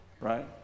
right